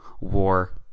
War